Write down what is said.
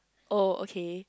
oh okay